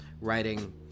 writing